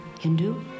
Hindu